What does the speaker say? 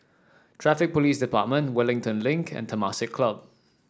Traffic Police Department Wellington Link and Temasek Club